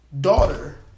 daughter